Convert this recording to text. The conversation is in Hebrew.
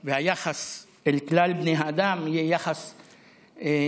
ושהיחס אל כלל בני האדם יהיה יחס שוויוני,